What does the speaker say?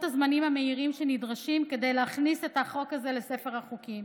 הזמנים המהירים שנדרשים כדי להכניס את החוק הזה לספר החוקים.